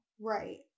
Right